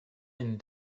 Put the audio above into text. and